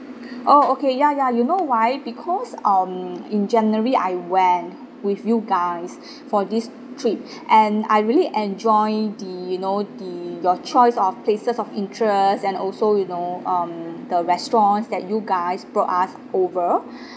oh okay ya ya you know why because um in january I went with you guys for this trip and I really enjoy the you know the your choice of places of interest and also you know um the restaurants that you guys brought us over